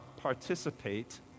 participate